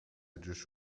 جوش